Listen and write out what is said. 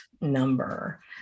number